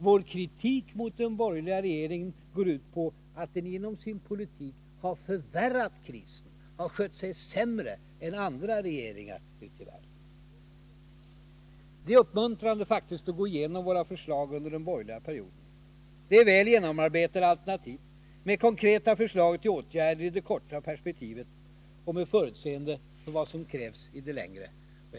Vår kritik mot den borgerliga regeringen går ut på att den genom sin politik har förvärrat krisen, att den har skött sig sämre än andra regeringar ute i världen. Det är faktiskt uppmuntrande att gå igenom våra förslag under den borgerliga perioden. Det är väl genomarbetade alternativ, med konkreta förslag till åtgärder i det korta perspektivet och med förutseende för vad som krävs i det längre perspektivet.